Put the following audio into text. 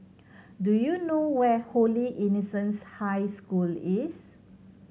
do you know where Holy Innocents' High School is